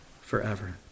forever